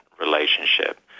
relationship